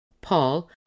Paul